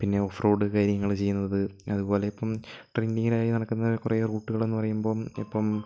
പിന്നെ off road കാര്യങ്ങൾ ചെയ്യുന്നത് അതുപോലെ ഇപ്പം ട്രെൻഡിങിലായി നടക്കുന്ന കുറേ റൂട്ടുകളെന്നു പറയുമ്പോൾ ഇപ്പം